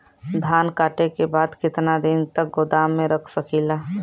धान कांटेके बाद कितना दिन तक गोदाम में रख सकीला?